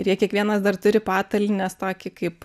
ir jie kiekvienas dar turi patalynės tokį kaip